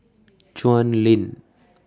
Chuan Lane